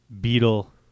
beetle